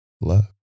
Love